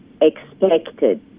expected